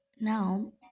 Now